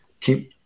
keep